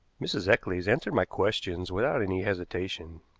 mrs. eccles answered my questions without any hesitation.